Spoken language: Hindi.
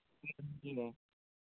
रंग की है